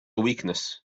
weakness